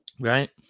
Right